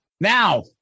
now